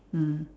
mm